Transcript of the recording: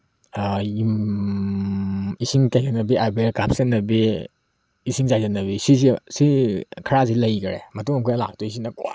ꯏꯁꯤꯡ ꯆꯥꯏꯁꯤꯟꯅꯕꯤ ꯑꯕꯦꯔ ꯀꯥꯞꯁꯤꯟꯅꯕꯤ ꯏꯁꯤꯡ ꯆꯥꯏꯁꯤꯟꯅꯕꯤ ꯁꯤꯁꯦ ꯁꯤ ꯈꯔꯗꯤ ꯂꯩꯈ꯭ꯔꯦ ꯃꯇꯨꯡ ꯑꯃꯨꯛꯀ ꯂꯥꯛꯇꯣꯏꯁꯤꯅ ꯈ꯭ꯋꯥꯏꯗꯒꯤ